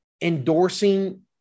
endorsing